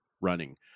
running